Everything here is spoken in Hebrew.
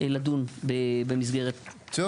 ואז אנחנו בכל מקרה נפגשים פה בשמונה וחצי.